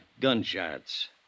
gunshots